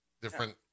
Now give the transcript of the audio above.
different